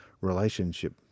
relationship